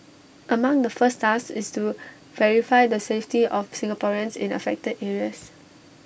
among the first task is to verify the safety of Singaporeans in affected areas